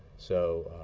so